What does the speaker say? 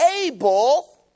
able